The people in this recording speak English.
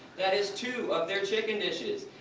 that is two of their chicken dishes!